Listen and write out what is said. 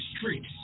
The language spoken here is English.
streets